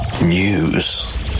News